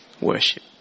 worship